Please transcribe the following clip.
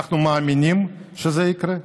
אנחנו מאמינים שזה יקרה?